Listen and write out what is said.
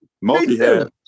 multi-head